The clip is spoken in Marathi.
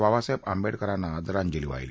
बाबासाहेब आंबेडकरांना आदरांजली वाहिली